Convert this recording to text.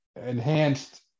enhanced